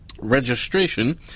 Registration